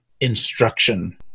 instruction